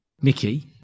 Mickey